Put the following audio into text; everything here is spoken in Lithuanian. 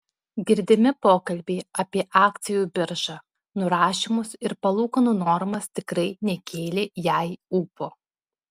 girdimi pokalbiai apie akcijų biržą nurašymus ir palūkanų normas tikrai nekėlė jai ūpo